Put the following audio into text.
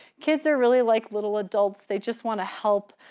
kids are really like little adults. they just wanna help.